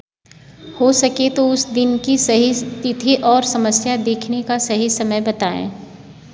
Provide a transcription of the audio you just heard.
हो सके तो उस दिन की सही तिथि और समस्या देखने का सही समय बताएँ